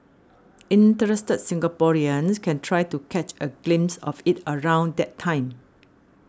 interested Singaporeans can try to catch a glimpse of it around that time